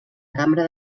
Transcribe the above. cambra